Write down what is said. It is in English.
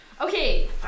Okay